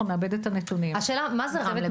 נעבד את הנתונים --- השאלה מה זה רמלה.